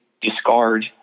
discard